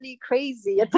crazy